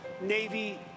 Navy